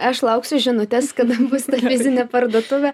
aš lauksiu žinutės kada bus ta fizinė parduotuvė